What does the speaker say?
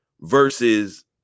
versus